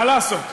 מה לעשות?